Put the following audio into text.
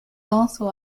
also